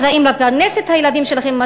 אחראים לפרנס את הילדים שלכם,